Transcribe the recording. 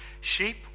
sheep